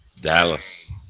Dallas